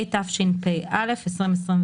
התשפ"א 2021,